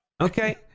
Okay